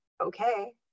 okay